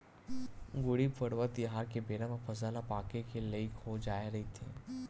गुड़ी पड़वा तिहार के बेरा म फसल ह पाके के लइक हो जाए रहिथे